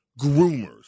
groomers